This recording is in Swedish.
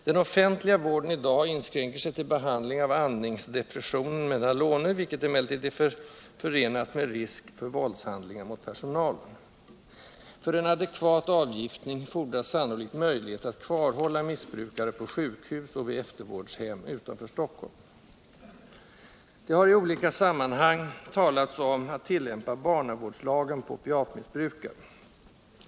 Den offentliga vården i dag inskränker sig till behandling av andningsdepression med Nalone, vilket emellertid är förenat med risk för våldshandlingar mot personalen. För en adekvat avgiftning fordras sannolikt möjlighet att kvarhålla missbrukare på sjukhus och vid eftervårdshem utanför Stockholm. Det har i olika sammanhang talats om att tillämpa barnavårdslagen på opiatmissbrukare.